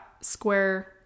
square